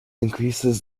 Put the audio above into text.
increases